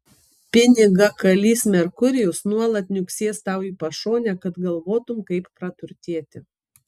pinigakalys merkurijus nuolat niuksės tau į pašonę kad galvotum kaip praturtėti